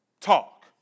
talk